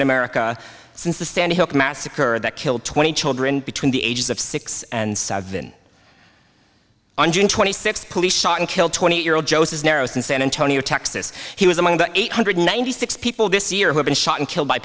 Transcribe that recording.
in america since the sandy hook massacre that killed twenty children between the ages of six and then on june twenty sixth police shot and killed twenty eight year old joseph narrows in san antonio texas he was among the eight hundred ninety six people this year have been shot and killed by